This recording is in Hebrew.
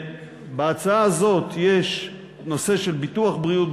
בהצעה הזאת יש נושא של ביטוח בריאות,